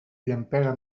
llampega